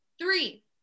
Three